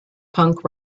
punk